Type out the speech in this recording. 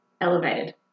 elevated